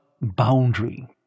boundary